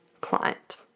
client